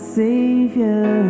savior